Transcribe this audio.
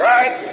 Right